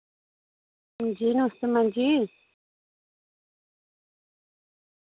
हां जी नमस्ते मैम जी